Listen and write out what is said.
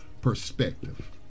perspective